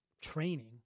training